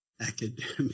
academic